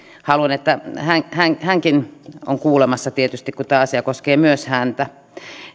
haluan tietysti että hänkin hänkin on kuulemassa kun tämä asia koskee myös häntä